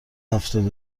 هفتاد